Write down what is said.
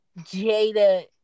Jada